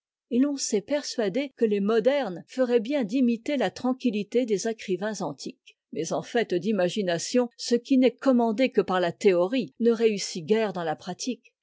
s'est persuadé que les modernes feraient bien d'imiter la tranquillité des écrivains antiques mais en fait d'imagination ce qui n'est commandé que par la théorie ne réussit guère dans la pratique